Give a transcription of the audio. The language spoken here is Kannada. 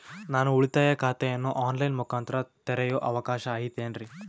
ನಾನು ಉಳಿತಾಯ ಖಾತೆಯನ್ನು ಆನ್ ಲೈನ್ ಮುಖಾಂತರ ತೆರಿಯೋ ಅವಕಾಶ ಐತೇನ್ರಿ?